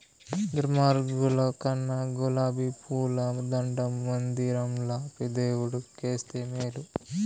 దుర్మార్గుల కన్నా గులాబీ పూల దండ మందిరంల దేవుడు కేస్తే మేలు